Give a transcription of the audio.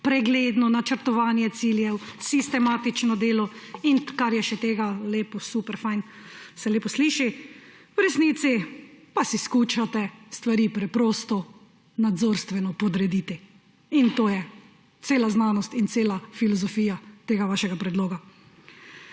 pregledno načrtovanje ciljev, sistematično delo in kar je še tega – lepo! Super, fino! Se lepo sliši. V resnici pa si skušate stvari preprosto nadzorstveno podrediti in to je cela znanost in cela filozofija tega vašega predloga.